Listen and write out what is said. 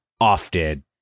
often